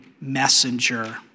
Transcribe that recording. messenger